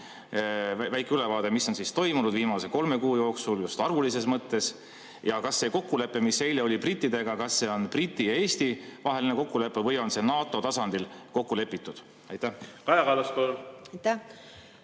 väike ülevaade, mis on siis toimunud viimase kolme kuu jooksul just arvulises mõttes. Ja kas see kokkulepe, mis eile oli brittidega, on Briti ja Eesti vaheline kokkulepe või on see NATO tasandil kokku lepitud? Aitäh